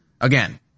again